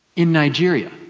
in nigeria,